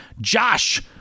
josh